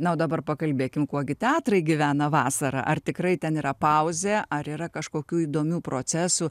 na o dabar pakalbėkim kuo gi teatrai gyvena vasarą ar tikrai ten yra pauzė ar yra kažkokių įdomių procesų